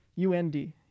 UND